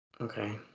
Okay